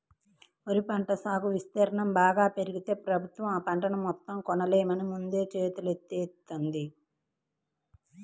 వరి పంట సాగు విస్తీర్ణం బాగా పెరిగితే ప్రభుత్వం ఆ పంటను మొత్తం కొనలేమని ముందే చేతులెత్తేత్తంది